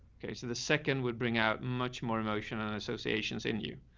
okay. so the second would bring out much more emotional associations in you.